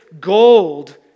gold